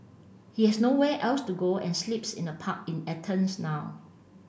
he has nowhere else to go and sleeps in a park in Athens now